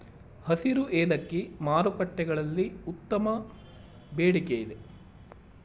ಹಸಿರು ಏಲಕ್ಕಿ ಮಾರುಕಟ್ಟೆಗಳಲ್ಲಿ ಉತ್ತಮ ಬೇಡಿಕೆಯಿದೆ